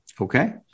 Okay